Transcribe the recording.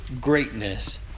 greatness